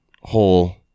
whole